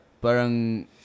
parang